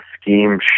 scheme